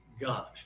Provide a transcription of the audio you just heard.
God